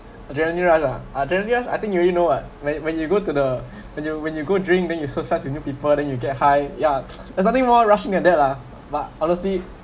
adrenaline rush ah adrenaline rush I think you already know what when when you go to the when you when you go drink then you also start with new people then you get high ya that starting more rushing than that lah but honestly